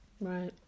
right